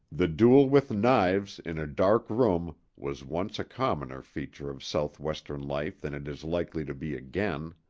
the duel with knives in a dark room was once a commoner feature of southwestern life than it is likely to be again.